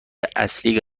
اصلی